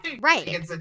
Right